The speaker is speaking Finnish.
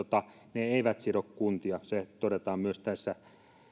ne eivät sido kuntia se todetaan myös tässä